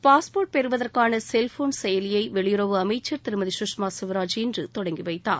passport பெறவதற்கான cellphone செயலியை வெளியுறவு அமைக்சா் திருமதி கஷ்மா ஸ்வராஜ் இன்று தொடங்கி வைத்தார்